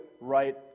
right